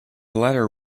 latter